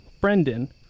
brendan